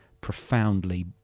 profoundly